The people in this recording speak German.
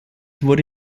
wurde